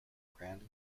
grand